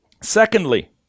secondly